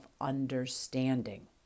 understanding